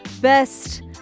best